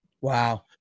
Wow